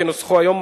כנוסחו היום,